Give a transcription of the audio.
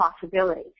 Possibility